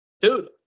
Dude